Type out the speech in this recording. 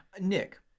nick